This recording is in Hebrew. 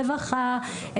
רווחה,